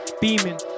beaming